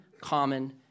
common